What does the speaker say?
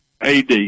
AD